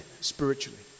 spiritually